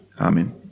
Amen